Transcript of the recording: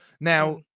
Now